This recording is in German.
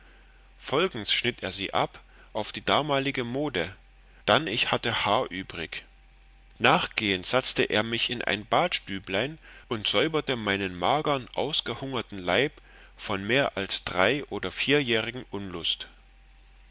schnitt er sie ab auf die damalige mode dann ich hatte haar übrig nachgehends satzte er mich in ein badstüblein und säuberte meinen magern ausgehungerten leib von mehr als drei oder vierjährigen unlust